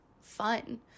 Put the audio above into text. fun